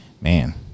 Man